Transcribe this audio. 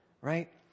right